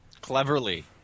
Cleverly